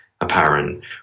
apparent